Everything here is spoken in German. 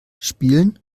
spielen